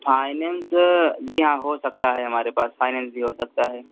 finance जी हाँ हो सकता है हमारे पास फाइनैंस भी हो सकता है